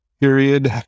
period